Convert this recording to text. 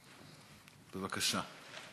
בבקשה.